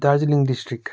Darjeeling district